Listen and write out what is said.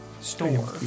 store